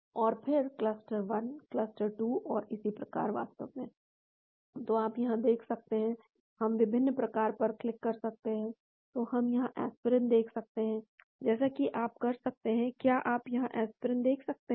और फिर cluster 1 cluster 2 और इसी प्रकार वास्तव में तो आप यहां देख सकते हैं हम विभिन्न क्लस्टर पर क्लिक कर सकते हैं तो हम यहां एस्पिरिन देख सकते हैं जैसा कि आप कर सकते हैं क्या आप यहाँ एस्पिरिन देख सकते हैं